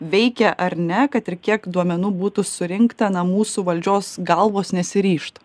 veikia ar ne kad ir kiek duomenų būtų surinkta na mūsų valdžios galvos nesiryžta